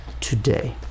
today